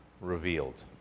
revealed